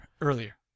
earlier